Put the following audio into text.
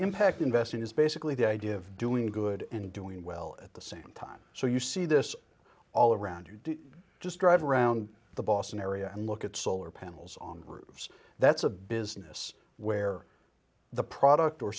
impact investing is basically the idea of doing good and doing well at the same time so you see this all around you just drive around the boston area and look at solar panels on roofs that's a business where the product or